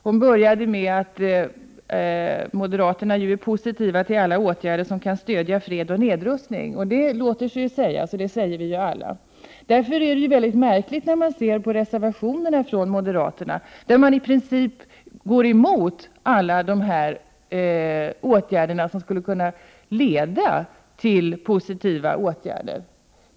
Hon började med att säga att moderaterna ju är positiva till alla åtgärder som kan stödja fred och nedrustning. Det låter sig sägas, för det säger vi alla. Därför är reservationerna från moderaterna märkliga som i princip går emot allt som skulle leda till positiva åtgärder.